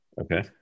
Okay